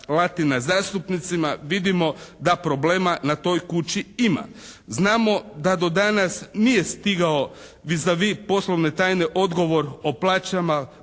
Latina zastupnicima vidimo da problema na toj kući ima. Znamo da do danas nije stigao «vis avis» poslovne tajne odgovor o plaćama